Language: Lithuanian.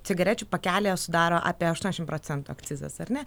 cigarečių pakelyje sudaro apie aštuoniasdešimt procentų akcizas ar ne